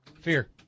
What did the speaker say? Fear